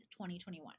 2021